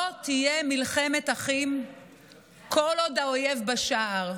לא תהיה מלחמת אחים כל עוד האויב בשער.